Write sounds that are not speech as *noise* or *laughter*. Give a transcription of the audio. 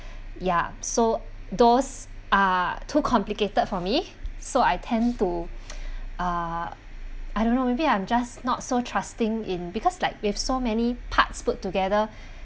ya so those are too complicated for me so I tend to *noise* uh I don't know maybe I'm just not so trusting in because like we have so many parts put together